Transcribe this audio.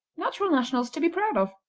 natural nationals to be proud of.